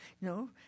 No